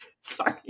sorry